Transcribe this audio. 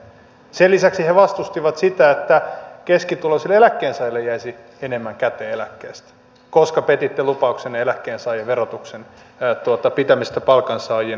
sen lisäksi kokoomus vastusti sitä että keskituloisille eläkkeensaajille jäisi enemmän käteen eläkkeestä koska se petti lupauksensa eläkkeensaajan verotuksen pitämisestä palkansaajien tasolla